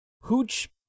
hooch